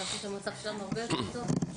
חשבתי שהמצב שלנו הרבה יותר טוב.